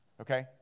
okay